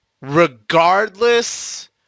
regardless